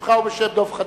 בשמך ובשם דב חנין.